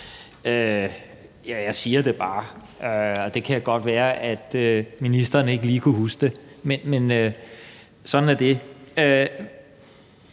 jeg siger det bare – det kan godt være, at ministeren ikke lige kunne huske det, men sådan er det.